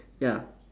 ya